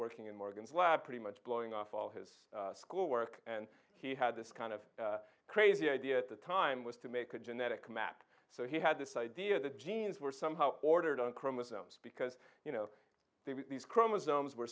working in morgan's lab pretty much blowing off all his school work and he had this kind of crazy idea at the time was to make a genetic map so he had this idea that genes were somehow ordered on chromosomes because you know these chromosomes were